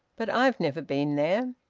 but i've never been there.